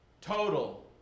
Total